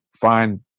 find